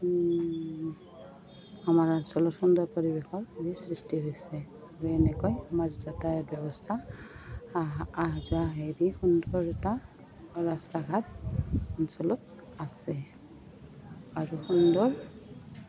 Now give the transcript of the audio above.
আমাৰ অঞ্চলত সুন্দৰ পৰিৱেশৰ হে সৃষ্টি হৈছে আৰু এনেকৈ আমাৰ যাতায়ত ব্যৱস্থা যোৱা হেৰি সুন্দৰ এটা ৰাস্তা ঘাট অঞ্চলত আছে আৰু সুন্দৰ